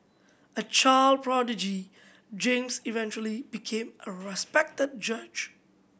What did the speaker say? a child prodigy James eventually became a respected judge